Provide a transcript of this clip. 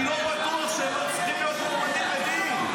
אני לא בטוח שהם לא צריכים להיות מועמדים לדין.